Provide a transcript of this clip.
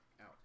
out